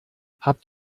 habt